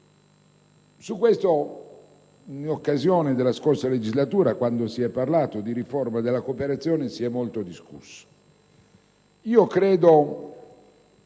di questo, in occasione della scorsa legislatura, quando si è parlato di riforma della cooperazione, si è molto discusso. Credo